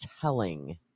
telling